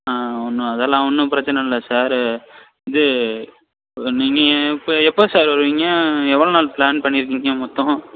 ஆ ஒன்றும் அதெல்லாம் ஒன்றும் பிரச்சனை இல்லை சார் இது நீங்கள் ஏ இப்போ எப்போ சார் வருவீங்க எவ்வளோ நாள் ப்ளான் பண்ணியிருக்கீங்க மொத்தமாக